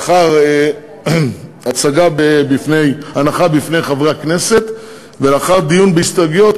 לאחר הנחה בפני חברי הכנסת ולאחר דיון בהסתייגויות,